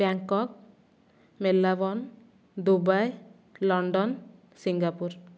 Bangkok Melbourne Dubai London Singapore